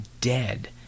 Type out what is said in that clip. dead